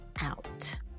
out